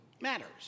matters